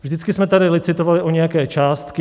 Vždycky jsme tady licitovali o nějaké částky.